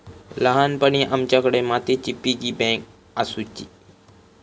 ल्हानपणी आमच्याकडे मातीची पिगी बँक आसुची